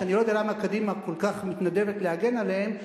שאני לא יודע למה קדימה כל כך מתנדבת להגן עליהן.